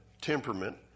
temperament